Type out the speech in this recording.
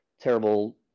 terrible